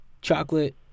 chocolate